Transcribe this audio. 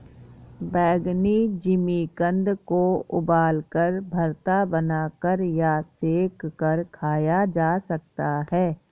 बैंगनी जिमीकंद को उबालकर, भरता बनाकर या सेंक कर खाया जा सकता है